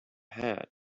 hat